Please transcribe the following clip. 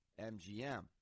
MGM